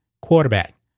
quarterback